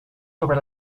sobre